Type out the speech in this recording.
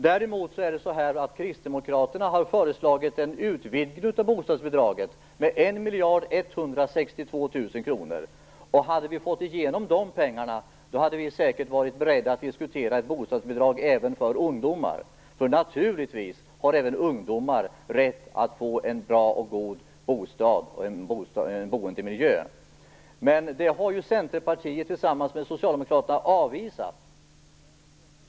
Däremot har kristdemokraterna föreslagit en utvidgning av bostadsbidraget med 1 miljard 162 000 kr. Om vi hade fått igenom det hade vi säkert varit beredda att diskutera ett bostadsbidrag också för ungdomar. Naturligtvis har även ungdomar rätt att få en bra bostad och en god boendemiljö. Men Centerpartiet har ju tillsammans med Socialdemokraterna avvisat vårt förslag.